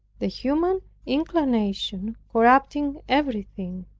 the human inclination corrupting everything.